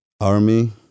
army